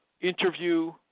interview